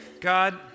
God